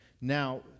Now